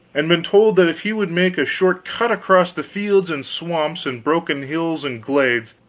and been told that if he would make a short cut across the fields and swamps and broken hills and glades,